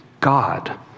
God